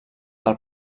del